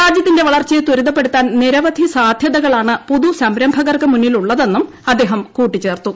രാജ്യത്തിന്റെ വളർച്ച്ഐ ത്വരിതപ്പെടുത്താൻ നിരവധി സാധ്യതകളാണ് പുതുസംരംഭകർക്കു മുന്നിലുള്ളതെന്നും അദ്ദേഹം കൂട്ടിച്ചേർത്തു